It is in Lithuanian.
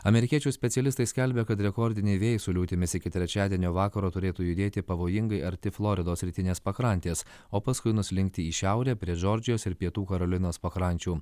amerikiečių specialistai skelbia kad rekordiniai vėjai su liūtimis iki trečiadienio vakaro turėtų judėti pavojingai arti floridos rytinės pakrantės o paskui nuslinkti į šiaurę prie džordžijos ir pietų karolinos pakrančių